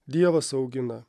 dievas augina